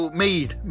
made